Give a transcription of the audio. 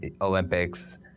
Olympics